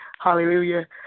hallelujah